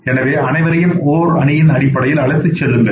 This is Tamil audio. எனவே அனைவரையும் ஒரு அணியின் அடிப்படையில் அழைத்துச் செல்லுங்கள்